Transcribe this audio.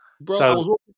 Bro